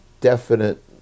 definite